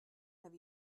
have